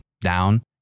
down